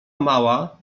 mała